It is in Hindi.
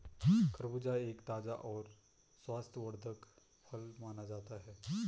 खरबूजा एक ताज़ा और स्वास्थ्यवर्धक फल माना जाता है